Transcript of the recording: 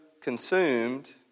consumed